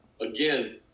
again